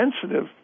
sensitive